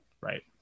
Right